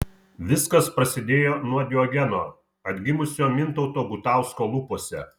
viskas prasidėjo nuo diogeno atgimusio mintauto gutausko lūpose